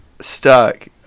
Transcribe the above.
stuck